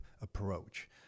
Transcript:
approach